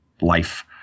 life